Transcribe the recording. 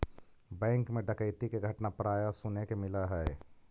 bank मैं डकैती के घटना प्राय सुने के मिलऽ हइ